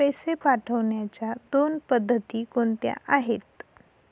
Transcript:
पैसे पाठवण्याच्या दोन पद्धती कोणत्या आहेत?